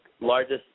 largest